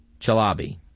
Chalabi